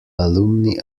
alumni